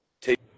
take